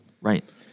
Right